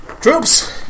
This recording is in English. Troops